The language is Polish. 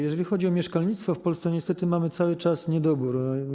Jeżeli chodzi o mieszkalnictwo w Polsce, niestety mamy cały czas niedobór.